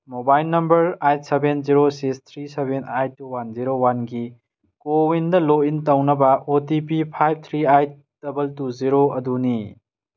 mobile number eight seven zero ꯁꯤꯁ three seven eight two one zero ꯋꯥꯟꯒꯤ ꯀꯣꯋꯤꯟꯗ ꯂꯣꯛꯏꯟ ꯇꯧꯅꯕ O T P five three eight double two zero ꯑꯗꯨꯅꯤ